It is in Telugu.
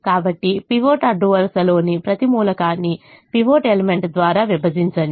కాబట్టి పివట్ అడ్డు వరుసలోని ప్రతి మూలకాన్ని పివట్ ఎలిమెంట్ ద్వారా విభజించండి